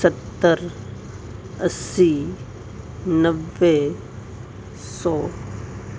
ستر اسی نوے سو